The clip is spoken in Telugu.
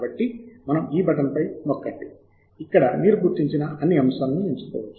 కాబట్టి మనం ఈ బటన్ పై నొక్కండి ఇక్కడ మీరు గుర్తించిన అన్ని అంశాలను ఎంచుకోవచ్చు